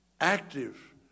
active